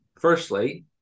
Firstly